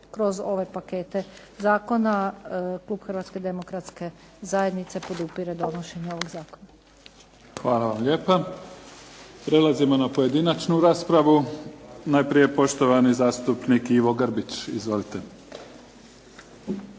kroz ove pakete zakona, klub Hrvatske demokratske zajednice podupire donošenje ovog zakona. **Mimica, Neven (SDP)** Hvala vam lijepa. Prelazimo na pojedinačnu raspravu. Najprije poštovani zastupnik Ivo Grbić. Izvolite.